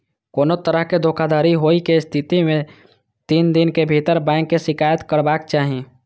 कोनो तरहक धोखाधड़ी होइ के स्थिति मे तीन दिन के भीतर बैंक के शिकायत करबाक चाही